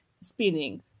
spinning